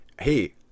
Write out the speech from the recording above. hey